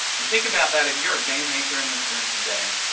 and think about that, if you're a game maker in this room today,